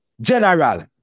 general